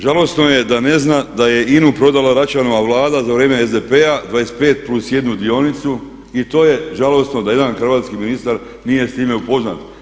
Žalosno je da ne zna da je INA-u prodala Račanova vlada za vrijeme SDP-a 25+1 dionicu i to je žalosno da jedan hrvatski ministar nije s time upoznat.